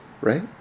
Right